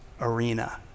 arena